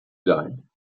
sein